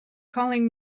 calling